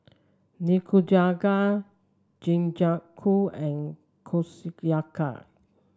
Nikujaga Jingisukan and Kushiyaki